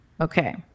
Okay